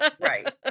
Right